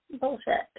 Bullshit